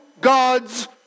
God's